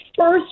first